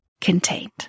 contained